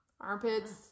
Armpits